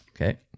Okay